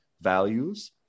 values